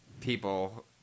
people